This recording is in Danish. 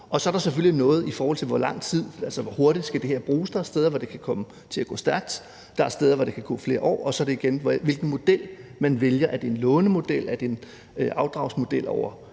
videre. Og så er der selvfølgelig noget med, hvor hurtigt det her skal bruges. Der er steder, hvor det kan komme til at gå stærkt, og der er steder, hvor der kan gå flere år. Så det handler igen om, hvilken model man vælger. Er det en lånemodel, eller er det en afdragsmodel over